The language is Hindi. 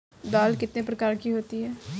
दाल कितने प्रकार की होती है?